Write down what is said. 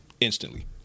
instantly